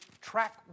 track